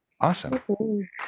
awesome